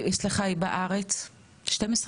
סליחה בארץ, 12 שנה?